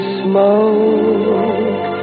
smoke